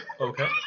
Okay